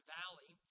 valley